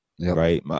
Right